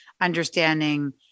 understanding